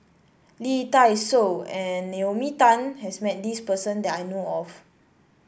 Lee Dai Soh and Naomi Tan has met this person that I know of